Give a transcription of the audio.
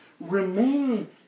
Remain